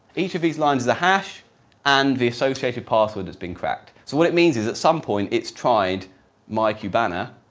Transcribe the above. each of these lines is a hash and the associated password that has been cracked. so what it means is, at some point it's tried mycubana,